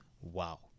wow